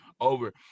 over